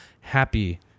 happy-